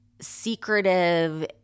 secretive